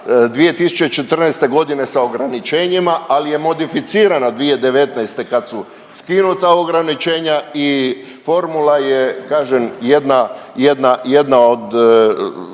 2014. sa ograničenjima, ali je modificirana 2019. kad su skinuta ograničenja i formula je, kažem,